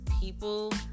people